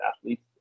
athletes